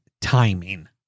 timing